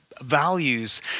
values